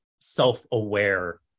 self-aware